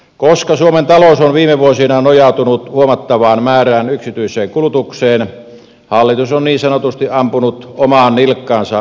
koska suomen talous on viime vuosina nojautunut huomattavaan määrään yksityistä kulutusta hallitus on niin sanotusti ampunut omaan nilkkaansa veropolitiikallaan